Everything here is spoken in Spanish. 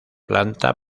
planta